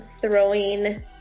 throwing